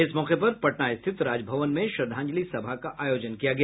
इस मौके पर पटना स्थित राजभवन में श्रद्धांजलि सभा का आयोजन किया गया